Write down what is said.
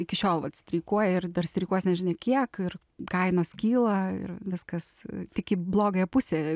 iki šiol vat streikuoja ir dar streikuos nežinia kiek ir kainos kyla ir viskas tik į blogąją pusę